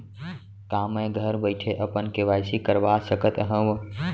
का मैं घर बइठे अपन के.वाई.सी करवा सकत हव?